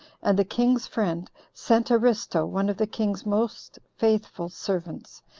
and the king's friend, sent aristo, one of the king's most faithful servants,